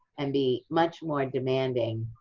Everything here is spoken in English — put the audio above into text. and be much more demanding,